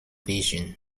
pigeon